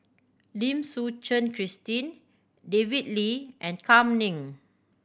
Lim Suchen Christine David Lee and Kam Ning